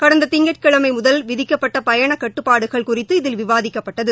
கடந்த திங்கட் கிழமை முதல் விதிக்கப்பட்ட பயண கட்டுப்பாடுகள் குறித்து இதில் விவாதிக்கப்பட்டது